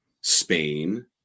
Spain